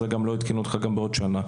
הם לא יעדכנו אותך גם בעוד שנה.